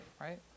right